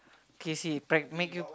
K see pack make you